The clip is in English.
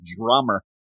drummer